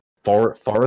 forest